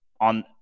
on